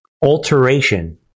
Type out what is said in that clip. alteration